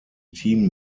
team